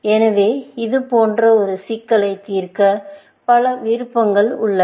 எனவே இது போன்ற ஒரு சிக்கலை தீர்க்க பல விருப்பங்கள் உள்ளன